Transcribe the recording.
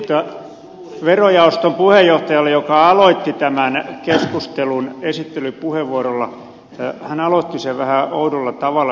mutta verojaoston puheenjohtaja joka aloitti tämän keskustelun esittelypuheenvuorolla aloitti sen vähän oudolla tavalla